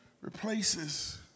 replaces